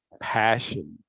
passion